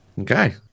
Okay